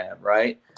right